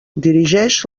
dirigeix